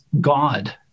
God